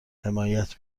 حمایت